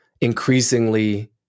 increasingly